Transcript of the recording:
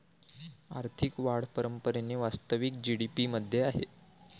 आर्थिक वाढ परंपरेने वास्तविक जी.डी.पी मध्ये आहे